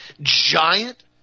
giant